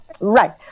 Right